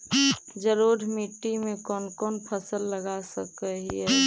जलोढ़ मिट्टी में कौन कौन फसल लगा सक हिय?